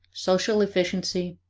social efficiency,